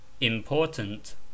important